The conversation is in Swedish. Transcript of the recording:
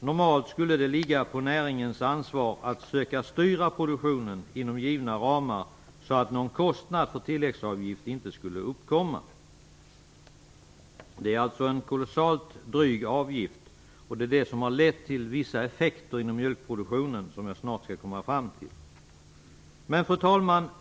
Normalt borde det ligga på näringens ansvar att försöka styra produktionen inom givna ramar, så att någon kostnad i form av tilläggsavgift inte skulle uppkomma. Det är alltså fråga om en kolossalt dryg avgift, vilket har lett till vissa effekter i mjölkproduktionen som jag snart skall komma fram till. Fru talman!